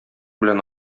белән